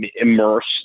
immersed